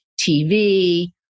TV